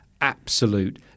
Absolute